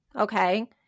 Okay